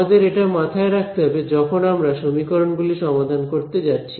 আমাদের এটা মাথায় রাখতে হবে যখন আমরা সমীকরণ গুলি সমাধান করতে যাচ্ছি